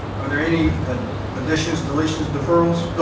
are there any ah additions, deletions, deferrals?